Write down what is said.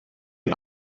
ihn